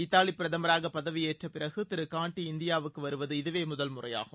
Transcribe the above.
Italy பிரதமராக பதவியேற்ற பிறகு திரு கான்ட்டி இந்தியாவுக்கு வருவது இதுவே முதல் முறையாகும்